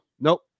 Nope